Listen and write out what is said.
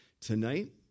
Tonight